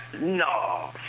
no